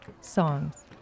songs